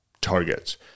targets